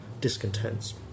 discontents